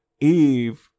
Eve